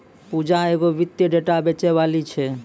पूजा एगो वित्तीय डेटा बेचैबाली छै